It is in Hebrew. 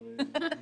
כל אחד בתפקידו,